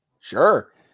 Sure